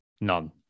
none